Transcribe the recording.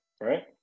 Right